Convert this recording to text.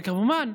וכמובן,